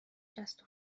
جست